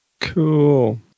Cool